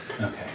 Okay